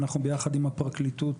אנחנו יחד עם הפרקליטות